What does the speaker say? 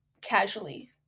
casually